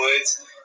woods